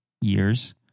years